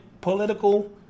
political